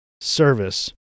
service